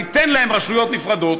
ניתן להם רשויות נפרדות.